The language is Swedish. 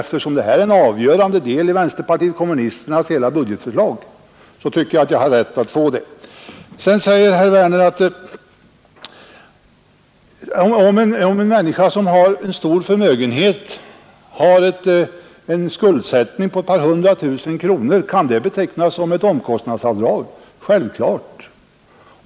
Eftersom detta är en avgörande del i vänsterpartiet kommunisternas hela budgetförslag, tycker jag att jag har rätt att få ett sådant besked. Sedan säger herr Werner: Om en människa med stor förmögenhet har en skuldsättning på ett par hundra tusen kronor, kan då ränteavdraget betecknas som ett omkostnadsavdrag? Ja, självklart.